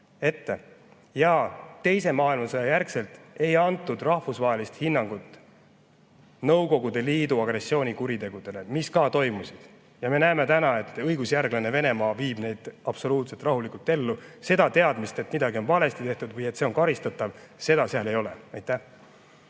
Teise maailmasõja järel ei antud rahvusvahelist hinnangut Nõukogude Liidu agressioonikuritegudele, mis toimusid, ja me näeme nüüd, et õigusjärglane Venemaa paneb neid absoluutselt rahulikult jälle toime. Seda teadmist, et midagi on valesti tehtud ja et see on karistatav, seal ei ole. Kalev